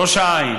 ראש העין,